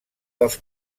dels